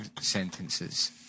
sentences